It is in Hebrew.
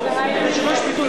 בלי שם של המציע,